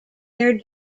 here